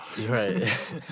Right